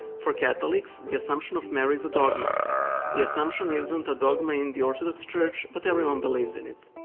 for catholics, the assumption of mary is a dogma the assumption isn't a dogma in the orthodox church, but everyone believes in it.